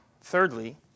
thirdly